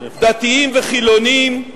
דתיים וחילונים,